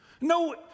no